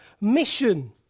mission